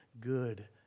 good